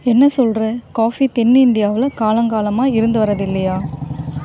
என்ன சொல்கிற காஃபி தென்னிந்தியாவில் காலங்காலமாக இருந்து வர்கிறது இல்லையா